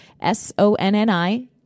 S-O-N-N-I